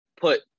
put